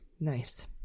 nice